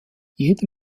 jede